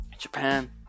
Japan